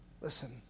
Listen